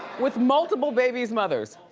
with multiple babies' mothers.